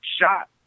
shot